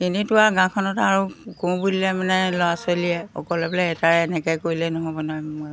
এনেইতো আৰু গাঁওখনত আৰু কৰোঁ বুলিলে মানে ল'ৰা ছোৱালীয়ে অকলে বোলে এটাৰে এনেকৈ কৰিলে নহ'ব নহয় মই